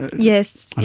yes, and